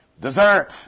Dessert